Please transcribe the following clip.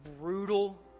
brutal